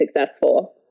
successful